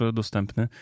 dostępny